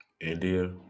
India